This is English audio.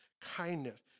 kindness